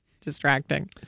distracting